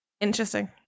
Interesting